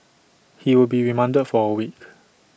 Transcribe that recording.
he will be remanded for A week